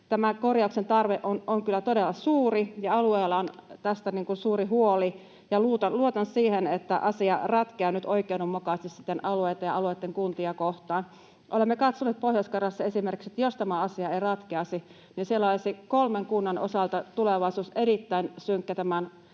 Tämä korjauksen tarve on kyllä todella suuri, ja alueilla on tästä suuri huoli, ja luotan siihen, että asia ratkeaa nyt oikeudenmukaisesti alueita ja alueitten kuntia kohtaan. Olemme katsoneet Pohjois-Karjalassa esimerkiksi, että jos tämä asia ei ratkeaisi, niin siellä olisi kolmen kunnan osalta tulevaisuus erittäin synkkä tämän